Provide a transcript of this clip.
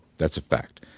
that's a fact.